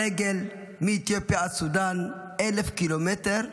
ברגל מאתיופיה עד סודן, 1,000 קילומטר קשים,